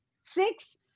Six